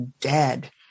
dead